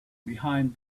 behind